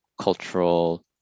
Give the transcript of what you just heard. cultural